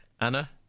Anna